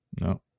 No